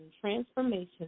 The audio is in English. transformation